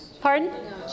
pardon